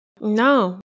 No